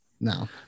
No